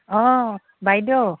অঁ বাইদেউ